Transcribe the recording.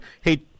hey